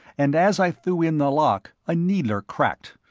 and as i threw in the lock a needler cracked.